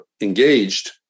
engaged